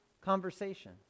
conversation